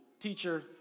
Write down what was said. teacher